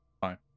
Fine